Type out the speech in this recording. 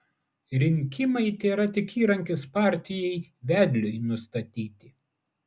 rinkimai tėra tik įrankis partijai vedliui nustatyti